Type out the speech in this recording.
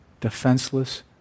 defenseless